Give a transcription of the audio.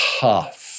tough